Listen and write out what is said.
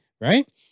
Right